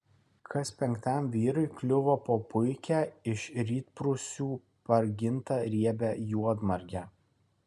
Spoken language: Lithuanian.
kas penktam vyrui kliuvo po puikią iš rytprūsių pargintą riebią juodmargę